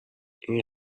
این